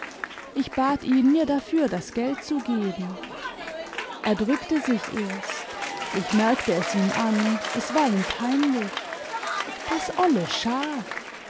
ich bat ihn mir dafür das geld zu j bordellengasse geben er drückte sich erst ich merkte es ihm an es war ihm peinlich das olle schaff